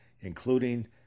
including